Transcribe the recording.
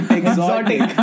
exotic